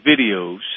videos